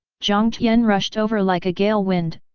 jiang tian rushed over like a gale wind,